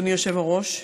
אדוני היושב-ראש,